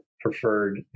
preferred